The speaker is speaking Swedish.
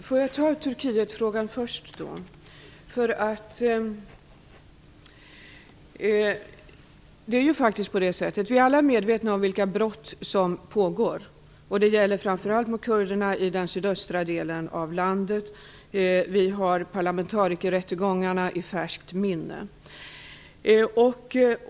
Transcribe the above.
Herr talman! Får jag då ta Turkietfrågan först. Vi är alla medvetna om vilka brott som pågår, framför allt mot kurderna i den sydöstra delen av landet. Vi har dessutom parlamentarikerrättegångarna i färskt minne.